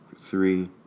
Three